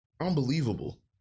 Unbelievable